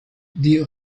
die